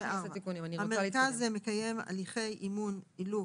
הוא צריך להיות ארגון גג